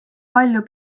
palju